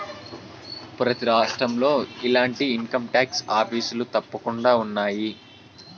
ప్రతి రాష్ట్రంలో ఇలాంటి ఇన్కంటాక్స్ ఆఫీసులు తప్పకుండా ఉన్నాయి